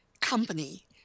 company